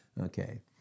okay